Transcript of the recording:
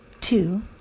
Two